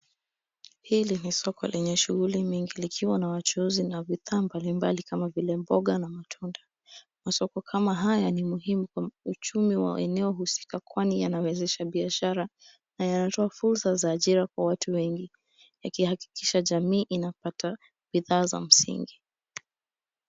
Hili ni soko lenye shughuli mingi likiwa na wachuuzi na bidhaa mbalimbali kama vile mboga na matunda. Masoko kama haya ni muhimu kwa uchumi wa eneo husika kwani yanawezesha biashara na yanatoa fursa za ajira kwa watu wengi, yakihakikisha jamii inapata bidhaa za msingi.